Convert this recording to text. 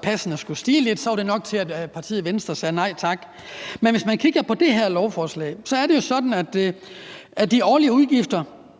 prisen på pas skulle stige lidt; så var det nok til, at partiet Venstre sagde nej tak. Men hvis man kigger på det her lovforslag, er det jo faktisk sådan, at de årlige udgifter